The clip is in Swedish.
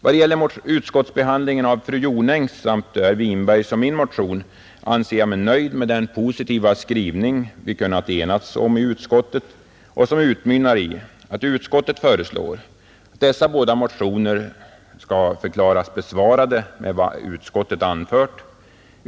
Vad det gäller behandlingen av fru Jonängs motion samt herr Winbergs och min motion är jag nöjd med den positiva skrivning som vi kunnat enas om i utskottet och som utmynnar i att utskottet hemställer att dessa båda motioner skall förklaras besvarade med vad utskottet anfört.